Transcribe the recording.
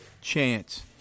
chance